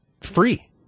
free